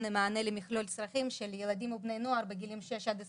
מענה למכלול צרכים של ילדים ובני נוער בגילים 6 עד 21,